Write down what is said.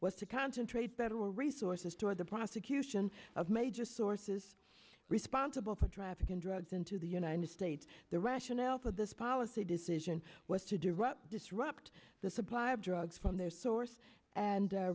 was to concentrate better resources toward the prosecution of major sources responsible for traffic and drugs into the united states the rationale for this policy decision was to direct disrupt the supply of drugs from their source and